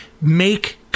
make